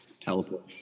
Teleport